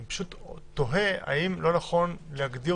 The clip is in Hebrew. אני פשוט תוהה האם לא נכון להגדיר